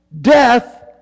death